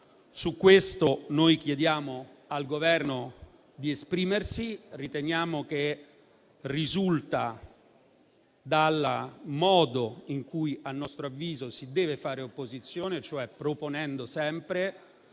Su questo chiediamo al Governo di esprimersi. Riteniamo che ciò derivi dal modo in cui a nostro avviso si deve fare opposizione, e cioè proponendo sempre